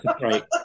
Right